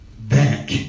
back